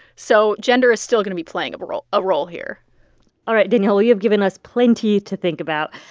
so gender is still going to be playing a role ah role here all right, danielle, well, you have given us plenty to think about.